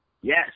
Yes